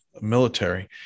military